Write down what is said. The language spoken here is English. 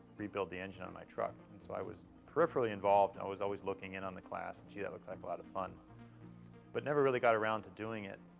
rebuild the engine on my truck. and so i was peripherally involved, i was always looking in on the class and gee, that looks like a lot of fun but never really got around to doing it.